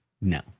no